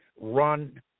run